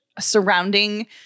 surrounding